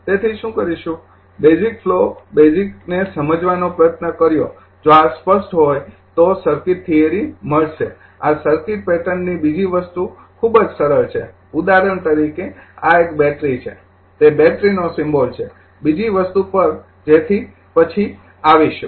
તેથી શું કરીશું બેઝિક ફ્લો સમજવાનો પ્રયત્ન કર્યો જો આ સ્પષ્ટ હોય તો સર્કિટ થિયરી મળશે આ સર્કિટ પેટર્નની બીજી વસ્તુ ખૂબ જ સરળ છે ઉદાહરણ તરીકે આ એક બેટરી છે તે બેટરીનો સિમ્બોલ છે બીજી વસ્તુ પર જેથી પછી આવશું